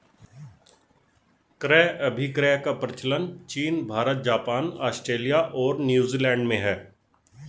क्रय अभिक्रय का प्रचलन चीन भारत, जापान, आस्ट्रेलिया और न्यूजीलैंड में है